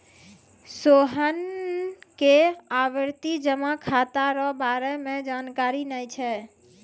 सोहन के आवर्ती जमा खाता रो बारे मे जानकारी नै छै